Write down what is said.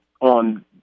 on